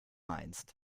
meinst